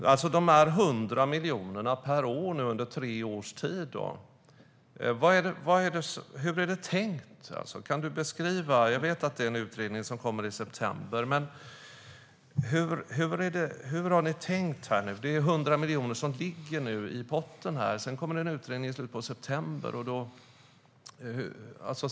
Hur är det tänkt när det gäller dessa 100 miljoner per år under tre års tid? Kan du beskriva det? Jag vet att det kommer en utredning i september. Men hur har ni tänkt här? Det är 100 miljoner som nu ligger i potten, och utredningen kommer i slutet av september.